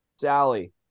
Sally